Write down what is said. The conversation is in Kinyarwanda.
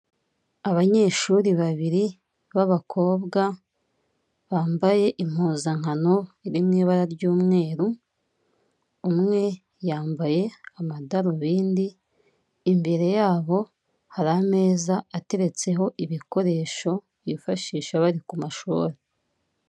Umuhanda w'umukara irimo ibinyabiziga bishinzwe gutwara anagenizi inyabiziga bikaba bifite ibara ry'umweru imbere yaho hakaba hari umugabo wambaye agapira kajya gusa umweru n'ipanaro ijya gusa ubururu.